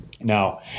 now